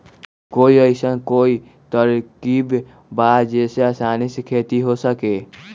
कोई अइसन कोई तरकीब बा जेसे आसानी से खेती हो सके?